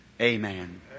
Amen